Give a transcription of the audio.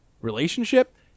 relationship